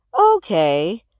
okay